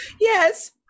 Yes